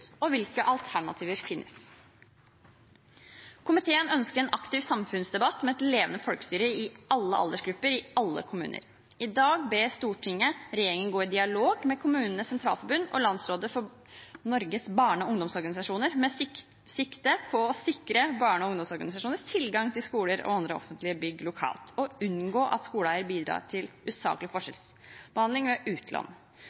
Hvilke alternativer finnes? Komiteen ønsker en aktiv samfunnsdebatt med et levende folkestyre i alle aldersgrupper i alle kommuner. I dag ber Stortinget regjeringen gå i dialog med KS og Landsrådet for Norges barne- og ungdomsorganisasjoner med sikte på å sikre barne- og ungdomsorganisasjoners tilgang til skoler og andre offentlige bygninger lokalt og unngå at skoleeiere bidrar til usaklig